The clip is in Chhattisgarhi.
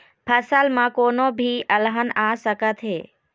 फसल म कोनो भी अलहन आ सकत हे